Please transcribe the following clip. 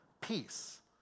peace